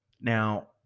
Now